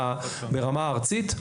ברמה ארצית,